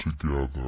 Together